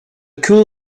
cool